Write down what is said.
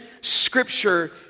Scripture